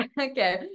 okay